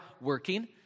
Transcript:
working